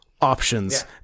options